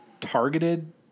targeted